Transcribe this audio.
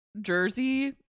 jersey